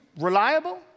reliable